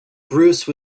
bruce